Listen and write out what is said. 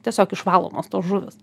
tiesiog išvalomos tos žuvys